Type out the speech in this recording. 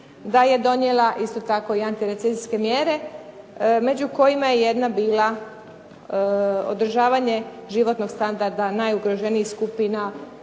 da je donijela isto tako i antirecesijske mjere među kojima je jedna bila održavanje životnog standarda najugroženijih skupina